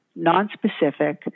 nonspecific